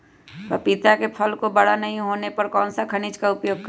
पपीता के फल को बड़ा नहीं होने पर कौन सा खनिज का उपयोग करें?